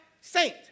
saint